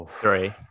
three